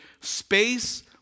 space